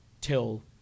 till